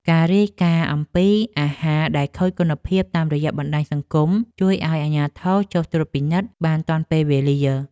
ការរាយការណ៍អំពីអាហារដែលខូចគុណភាពតាមរយៈបណ្តាញសង្គម ជួយឱ្យអាជ្ញាធរចុះត្រួតពិនិត្យបានទាន់ពេលវេលា។